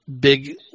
big